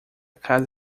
casa